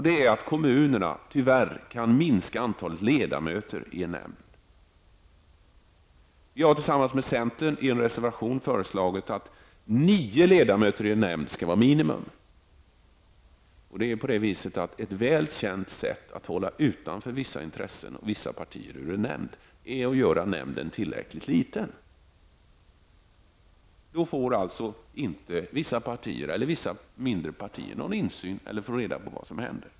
Det är att kommunerna tyvärr kan minska antalet ledamöter i en nämnd. Vi har tillsammans med centern i en reservation föreslagit att nio ledamöter i en nämnd skall vara ett minimum. Ett väl känt sätt att hålla vissa intressen eller vissa partier utanför en nämnd är att göra nämnden tillräckligt liten. Då får alltså inte vissa mindre partier insyn och får inte reda på vad som händer.